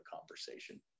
conversation